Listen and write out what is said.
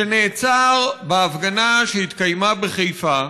שנעצר בהפגנה שהתקיימה בחיפה,